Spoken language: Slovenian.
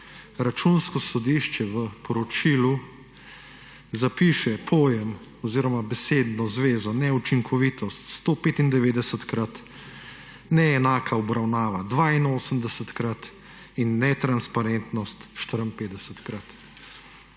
Računsko sodišče v poročilu zapiše besedno zvezo neučinkovitost 195-krat, neenaka obravnava 82-krat in netransparentnost 54-krat.